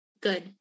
good